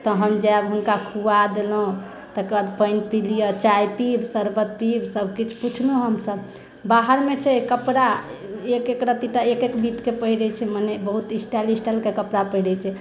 तहन जायब हुनका खुआ देलहुॅं तकर बाद पानि पी लिअ चाय पीब शरबत पीब सभकिछु पुछलहुॅं हमसभ बाहर मे छै कपड़ा एक एक रतिटा एक एक बीत के पहिरै छै मने बहुत स्टाइल स्टाइलके कपड़ा पहिरै छै